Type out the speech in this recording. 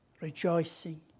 rejoicing